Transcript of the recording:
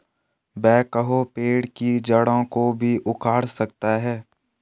backhoe पेड़ की जड़ों को भी उखाड़ सकता है